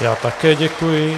Já také děkuji.